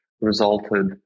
resulted